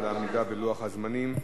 ולעמידה בלוח הזמנים.